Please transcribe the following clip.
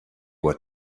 what